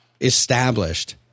established